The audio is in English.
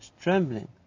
trembling